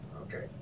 Okay